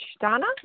Donna